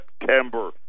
September